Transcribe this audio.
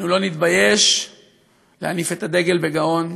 אנו לא נתבייש להניף את הדגל בגאון,